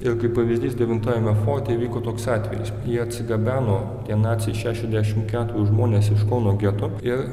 ir kaip pavyzdys devintajame forte įvyko toks atvejis jie atsigabeno tie naciai šešiasdešimt keturis žmones iš kauno geto ir